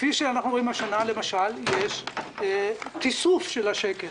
כפי שאנחנו רואים, השנה למשל יש תיסוף של השקל.